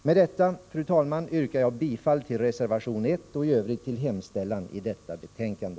Med detta, fru talman, yrkar jag bifall till reservation 1 och i övrigt till hemställan i detta betänkande.